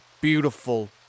beautiful